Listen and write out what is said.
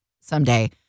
someday